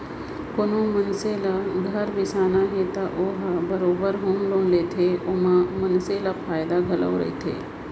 कोनो मनसे ल घर बिसाना हे त ओ ह बरोबर होम लोन लेथे ओमा मनसे ल फायदा घलौ रहिथे